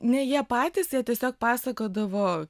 ne jie patys jie tiesiog pasakodavo